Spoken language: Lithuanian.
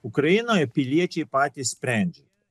ukrainoj piliečiai patys sprendžia